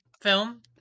film